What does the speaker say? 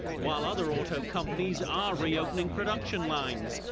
while other auto companies are reopening production lines.